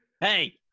Hey